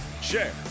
share